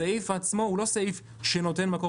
הסעיף עצמו הוא לא סעיף שנותן מקור